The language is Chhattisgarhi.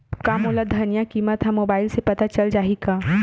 का मोला धनिया किमत ह मुबाइल से पता चल जाही का?